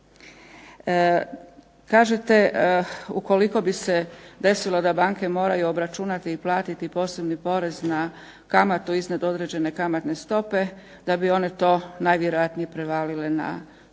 Kažete ukoliko bi se desilo da banke moraju obračunati i platiti posebni porez na kamatu iznad određene kamatne stope da bi one to najvjerojatnije prevalile na svoje